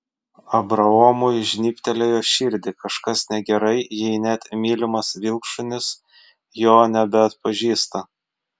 abraomui žnybtelėjo širdį kažkas negerai jei net mylimas vilkšunis jo nebeatpažįsta